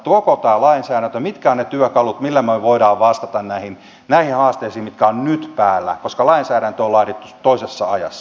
mitä ovat ne työkalut millä me voimme vastata näihin haasteisiin mitkä ovat nyt päällä koska lainsäädäntö on laadittu toisessa ajassa